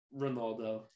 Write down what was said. Ronaldo